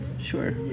Sure